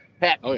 Pat